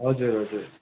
हजुर हजुर